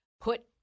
put